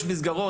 יש מסגרות,